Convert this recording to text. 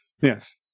Yes